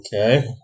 Okay